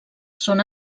són